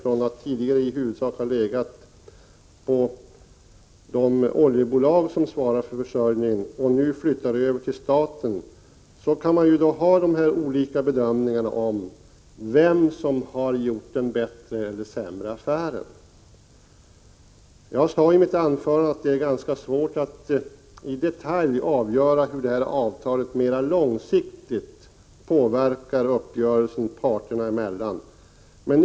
Den har tidigare huvudsakligen legat på de oljebolag som svarar för försörjning men flyttar nu över till staten. Man kan göra olika bedömningar av vem som har gjort den bättre eller sämre affären. Jag sade i mitt anförande att det är ganska svårt att i detalj avgöra hur detta avtal mera långsiktigt påverkar uppgörelsen mellan parterna.